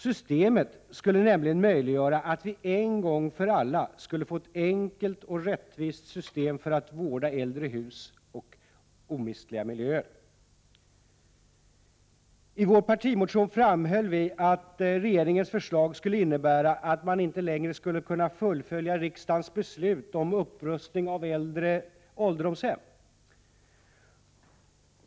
Systemet skulle nämligen möjliggöra att vi en gång för alla skulle få ett enkelt och rättvist system för att vårda äldre hus och omistliga miljöer. I vår partimotion framhöll vi att regeringens förslag skulle innebära att man inte längre skulle kunna fullfölja riksdagens beslut om upprustning av äldre ålderdomshem.